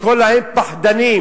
לקרוא להם פחדנים?